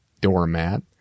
doormat